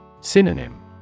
Synonym